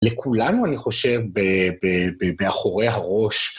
לכולנו, אני חושב, מאחורי הראש.